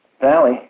valley